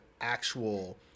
actual